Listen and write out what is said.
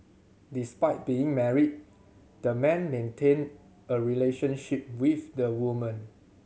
despite being married the man maintained a relationship with the woman